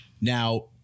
Now